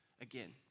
again